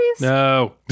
No